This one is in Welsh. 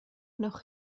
wnewch